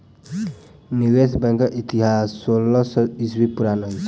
निवेश बैंकक इतिहास सोलह सौ ईस्वी पुरान अछि